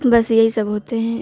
بس یہی سب ہوتے ہیں